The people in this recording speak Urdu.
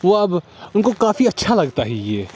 وہ اب ان کو کافی اچھا لگتا ہے یہ